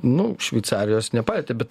nu šveicarijos nepalietė bet